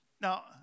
Now